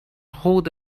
hold